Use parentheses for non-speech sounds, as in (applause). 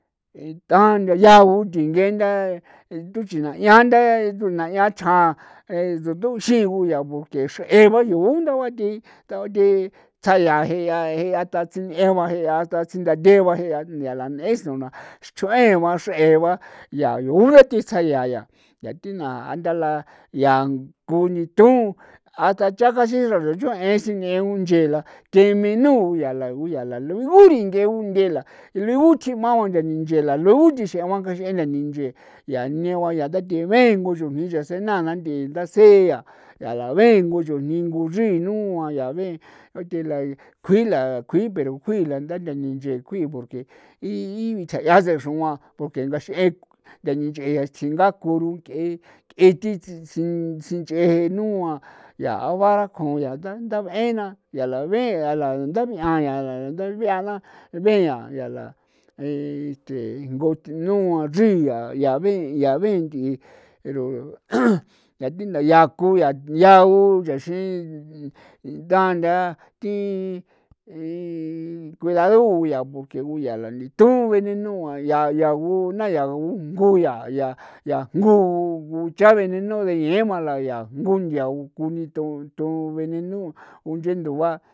Ntha ya yao tigentha tuchina nda nyande tu na yaa chjan thu xigoo yaa porque xree ba yoo undau ba ti undau ba ti tsaaya je'a asta sine'e ba je'a hasta sinaa ba je'a hasta tsin ndatee ba je'a nia la esnu na ch'ue ba xree ba yaa yoola ti tsayaya yaa ti naa nthala yaa kunitu hasta cha ta gaxin nxra ruchu'en sine kunchee la que mee nu yaa la gu yaa la ugurin ge ungela ri'o chimagua nche la lunxixea ngaxi'in jinche yaa jine ba yaa yaa tathime chujni nyeesena nthii ndasi'a yaa la bengo nin'go nchrii nua yaa be'e thi la kjui la kjui pero ji'i lantha nda ndinye ji'i porque ibetsaa se xroon xruan porque ngaxe'en ndenche tsinga kuro nk'e nk'e ti tsinyee je nua yao bara kjuaun yaa dabe'en na yaa la bea lantha be'a yaa la y que ngunua chrii yaa be yaa be'e nth'i pero (noise) yaa ti ndayaa ko yaa yao nchexri ndaa nda ti ti cuidadu yaa porque ku yaa lanito venenu yaa yao nkjo yaa yaa nkjo cha venenu the yemala yaa ngunyao kunito to venenu kunche'en nduba.